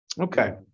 Okay